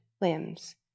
limbs